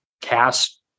cast